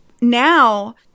now